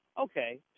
okay